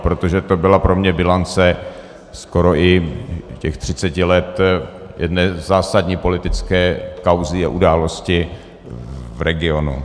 Protože to byla pro mě bilance skoro i těch 30 let jedné zásadní politické kauzy a události v regionu.